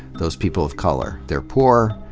those people of color. they're poor,